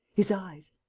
his eyes.